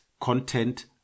content